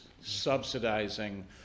subsidizing